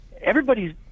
everybody's